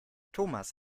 thomas